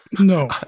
no